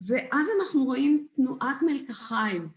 ואז אנחנו רואים תנועת מלקחיים.